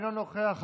אינו נוכח,